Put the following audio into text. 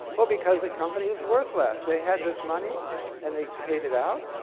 well, because the company is worth less. they had this money and they paid it out,